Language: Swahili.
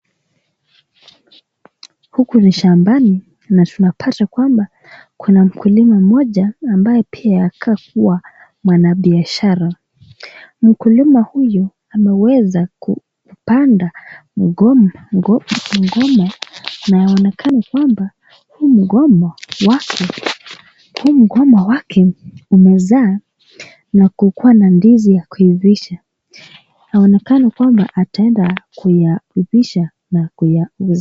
Huku ni shambani na tunapata mkulima mmoja ambaye anakaa kuwa mwnabiashara , mkulima huyu ameweza kupanda mgomba unaonekana kwamba , huu mgomba wake umezaaa ka kukuwa na ndizi ya kuivisha, inaonekana kwamba ataenda kuyaivisha na kuyauza.